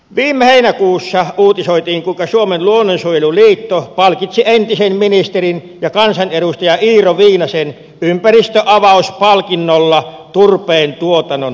viime heinäkuussa uutisoitiin kuinka suomen luonnonsuojeluliitto palkitsi entisen ministerin ja kansanedustajan iiro viinasen ympäristöavaus palkinnolla turpeentuotannon vastaisesta työstä